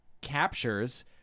captures